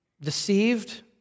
deceived